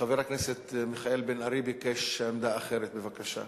חבר הכנסת מיכאל בן-ארי ביקש עמדה אחרת, בבקשה,